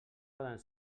poden